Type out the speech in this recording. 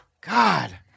God